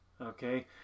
okay